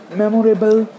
memorable